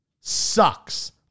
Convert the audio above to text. sucks